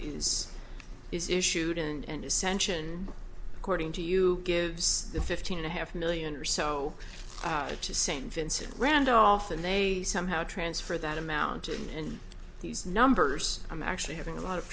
is is issued and ascension according to you gives the fifteen and a half million or so to st vincent randolph and they somehow transfer that amount and these numbers i'm actually having a lot of